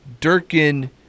Durkin